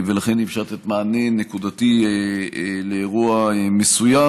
ולכן אי-אפשר לתת מענה נקודתי על אירוע מסוים,